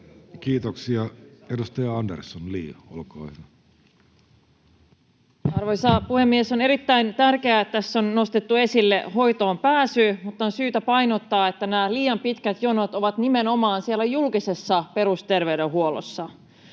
turvaamisesta Time: 16:25 Content: Arvoisa puhemies! On erittäin tärkeää, että tässä on nostettu esille hoitoonpääsy, mutta on syytä painottaa, että nämä liian pitkät jonot ovat nimenomaan siellä julkisessa perusterveydenhuollossa.